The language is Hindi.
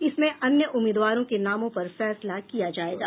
इसमें अन्य उम्मीदवारों के नामों पर फैसला किया जायेगा